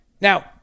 Now